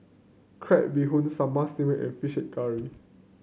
Crab Bee Hoon Sambal Stingray and fish curry